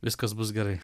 viskas bus gerai